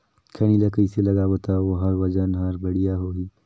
खैनी ला कइसे लगाबो ता ओहार वजन हर बेडिया होही?